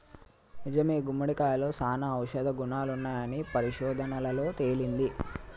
నిజమే గుమ్మడికాయలో సానా ఔషధ గుణాలున్నాయని పరిశోధనలలో తేలింది